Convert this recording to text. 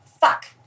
fuck